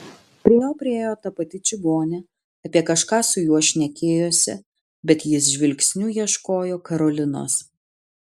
prie jo priėjo ta pati čigonė apie kažką su juo šnekėjosi bet jis žvilgsniu ieškojo karolinos